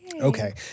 Okay